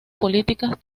políticas